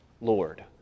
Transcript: Lord